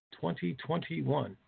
2021